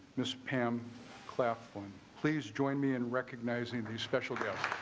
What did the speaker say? ms pam claflin please join me in recognizing the special guest.